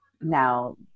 now